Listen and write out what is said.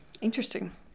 Interesting